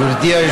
וגביעים,